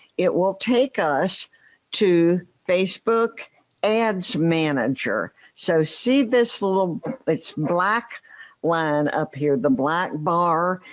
it will take us to facebook ads manager so see this little black line up here. the black bar.